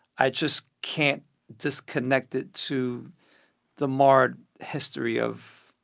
i just can't disconnect it to the marred history of.